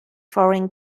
foreign